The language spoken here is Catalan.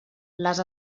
les